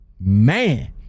man